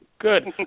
Good